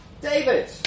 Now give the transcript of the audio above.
David